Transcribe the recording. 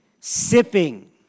sipping